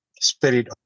spirit